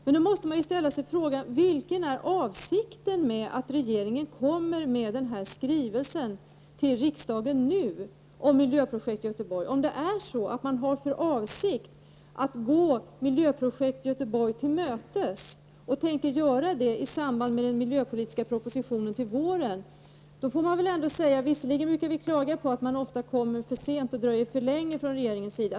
Men då måste jag fråga: Vad är avsikten med att regeringen nu kommer med den här skrivelsen till riksdagen om Miljöprojekt Göteborg om man har för avsikt att gå Miljöprojekt Göteborg till mötes och man tänker göra det i samband med den miljöpolitiska propositionen till våren? Visserligen brukar vi klaga över att man ofta kommer för sent, att man dröjer för länge från regeringens sida.